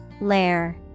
Lair